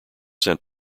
sent